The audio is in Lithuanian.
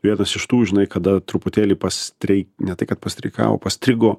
vienas iš tų žinai kada truputėlį pastrei ne tai kad pastreikavo pastrigo